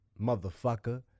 motherfucker